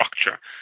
structure